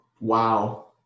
Wow